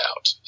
out